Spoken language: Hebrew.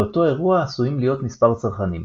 לאותו אירוע עשויים להיות מספר צרכנים.